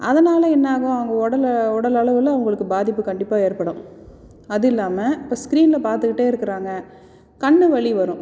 அதனால் என்னாகும் அவங்க உடலை உடலளவில் அவங்களுக்கு பாதிப்பு கண்டிப்பாக ஏற்படும் அதுவும் இல்லாமல் இப்போ ஸ்க்ரீனில் பார்த்துக்கிட்டே இருக்குறாங்க கண் வலி வரும்